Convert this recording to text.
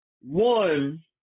one